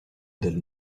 del